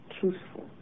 truthful